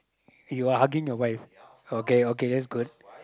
you are hugging your wife okay okay that's good